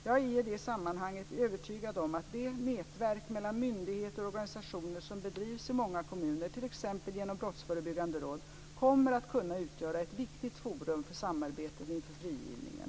Jag är i det sammanhanget övertygad om att det nätverk mellan myndigheter och organisationer som bedrivs i många kommuner, t.ex. genom brottsförebyggande råd, kommer att kunna utgöra ett viktigt forum för samarbetet inför frigivningen.